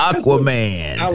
Aquaman